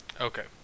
Okay